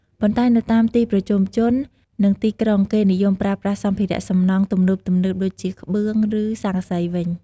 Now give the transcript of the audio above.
ប៉ុន្តែនៅតាមទីប្រជុំជន និងទីក្រុង គេនិយមប្រើប្រាស់សម្ភារៈសំណង់ទំនើបៗដូចជា ក្បឿង ឬស័ង្កសីវិញ។